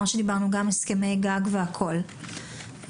גם הסכמי גג והכול,